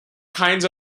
kinds